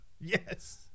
Yes